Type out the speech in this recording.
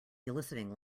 eliciting